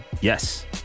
yes